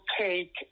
take